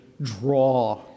draw